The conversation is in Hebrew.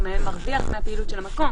כל זה דיברנו בדיון קודם.